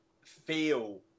feel